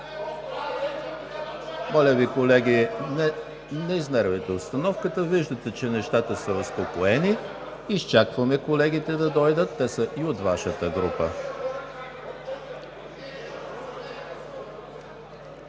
Моля Ви, колеги, не изнервяйте обстановката. Виждате, че нещата са успокоени, изчакваме колегите да дойдат. Те са и от Вашата група.